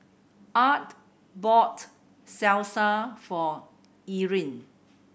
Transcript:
Art bought Salsa for Erin